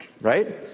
Right